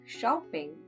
shopping